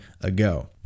ago